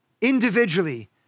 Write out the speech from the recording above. individually